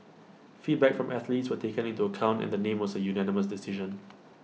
feedback from athletes were taken into account and the name was A unanimous decision